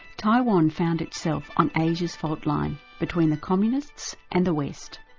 taiwan found itself on asia's faultline between the communists and the west.